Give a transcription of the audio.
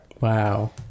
Wow